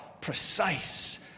precise